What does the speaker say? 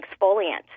exfoliant